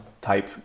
type